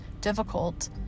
difficult